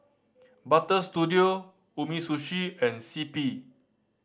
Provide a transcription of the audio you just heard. Butter Studio Umisushi and C P